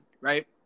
right